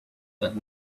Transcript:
that